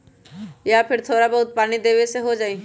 या फिर थोड़ा बहुत पानी देबे से हो जाइ?